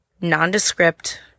nondescript